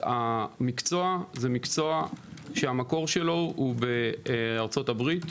המקצוע הוא מקצוע שהמקור שלו הוא בארצות הברית.